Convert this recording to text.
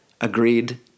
agreed